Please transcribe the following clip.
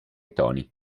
toni